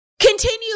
continue